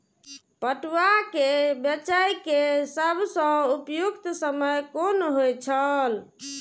पटुआ केय बेचय केय सबसं उपयुक्त समय कोन होय छल?